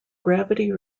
gravity